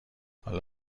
حال